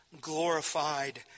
glorified